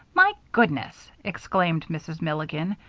my goodness! exclaimed mrs. milligan,